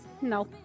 No